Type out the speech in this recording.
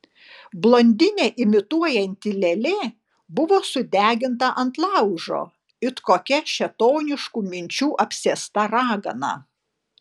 blondinę imituojanti lėlė buvo sudeginta ant laužo it kokia šėtoniškų minčių apsėsta ragana